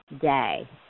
day